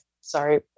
Sorry